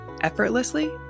effortlessly